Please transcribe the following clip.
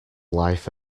life